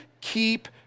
keep